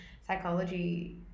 psychology